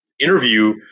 interview